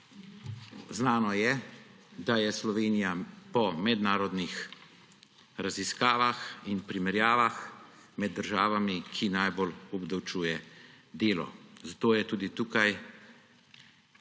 Znano je, da je Slovenija po mednarodnih raziskavah in primerjavah med državami, ki najbolj obdavčuje delo, zato je tudi tu